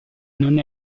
non